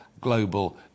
global